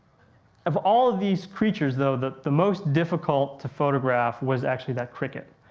of all of these creatures, though, the the most difficult to photograph was actually that cricket,